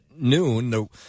noon